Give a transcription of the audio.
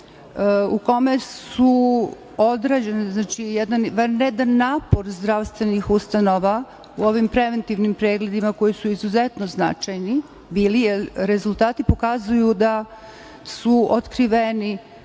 u kome je odrađen jedan vanredan napor zdravstvenih ustanova u ovim preventivnim pregledima koji su izuzetno značajni. Rezultati pokazuju da su otkriveni